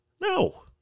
No